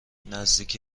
نزدیک